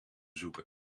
bezoeken